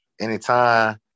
anytime